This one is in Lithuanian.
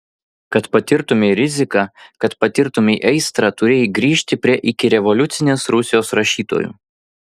kad patirtumei riziką kad patirtumei aistrą turėjai grįžti prie ikirevoliucinės rusijos rašytojų